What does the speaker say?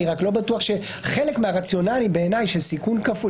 אני רק לא בטוח שחלק מהרציונלים בעיניי של מניעת